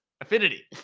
affinity